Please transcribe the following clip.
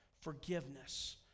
Forgiveness